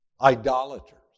idolaters